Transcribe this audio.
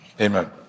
Amen